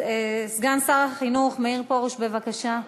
סגן שר החינוך מאיר פרוש, בבקשה.